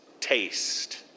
taste